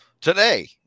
Today